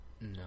no